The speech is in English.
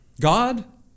God